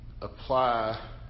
apply